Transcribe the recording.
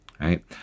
right